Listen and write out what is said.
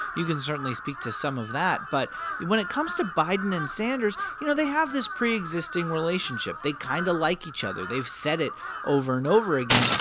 you can certainly speak to some of that but when it comes to biden and sanders, you know, they have this preexisting relationship. they kind of like each other. they've said it over and over again,